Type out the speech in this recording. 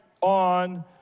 on